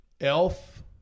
Elf